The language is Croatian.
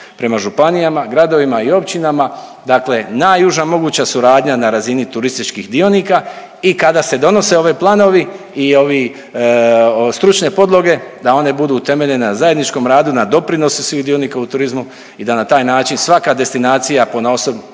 prema županijama, gradovima i općinama dakle najuža moguća suradnja na razini turističkih dionika i kada se donose ovi planovi i ove stručne podloge da one budu temeljene na zajedničkom radu, na doprinosu sudionika u turizmu i da na taj način svaka destinacija ponaosob